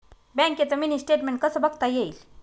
बँकेचं mini statement कसं बघता येईल?